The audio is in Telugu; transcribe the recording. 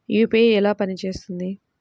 యూ.పీ.ఐ ఎలా పనిచేస్తుంది?